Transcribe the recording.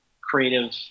creative